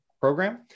program